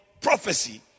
prophecy